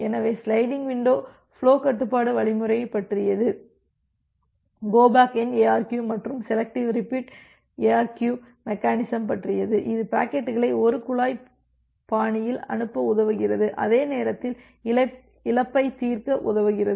எனவே sliding window flow கட்டுப்பாட்டு வழிமுறைகளைப் பற்றியது கோ பேக் என் எஅர்கியு மற்றும் செலெக்டிவ் ரிப்பீட் எஅர்கியு மெக்கானிசம் பற்றியது இது பாக்கெட்டுகளை ஒரு குழாய் பாணியில் அனுப்ப உதவுகிறது அதே நேரத்தில் இழப்பை தீர்க்க உதவுகிறது